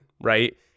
right